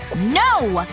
no,